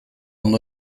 ondo